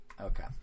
Okay